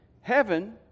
heaven